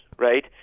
right